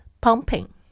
pumping